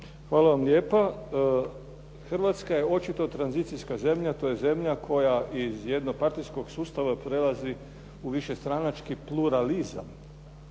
Hvala vam lijepa, Hrvatska je očito tranzicijska zemlja, to je zemlja koja iz jednog partijskog sustava prelazi u višestranački pluralizam.